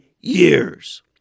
years